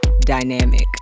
dynamic